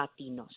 Latinos